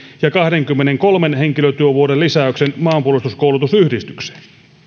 ja kahdenkymmenenkolmen henkilötyövuoden lisäyksen maanpuolustuskoulutusyhdistykseen